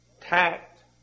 tact